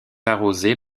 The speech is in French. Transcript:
arrosée